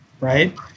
right